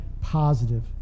positive